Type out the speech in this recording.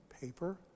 paper